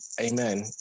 Amen